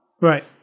Right